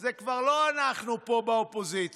זה כבר לא אנחנו פה באופוזיציה,